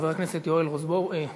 חבר הכנסת יואל, רזבוזוב,